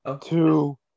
Two